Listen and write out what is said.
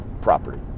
property